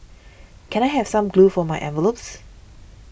can I have some glue for my envelopes